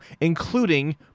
including